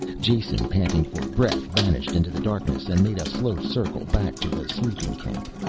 jason, panting for breath, vanished into the darkness and made a slow circle back to the sleeping camp.